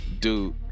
Dude